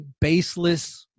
baseless